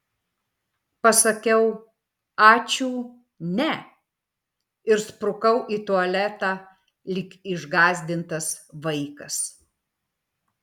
pasakiau ačiū ne ir sprukau į tualetą lyg išgąsdintas vaikas